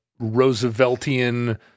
Rooseveltian—